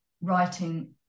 writing